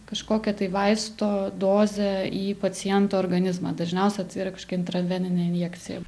kažkokią tai vaisto dozę į paciento organizmą dažniausiai tai yra kažkokia intraveninė injekcija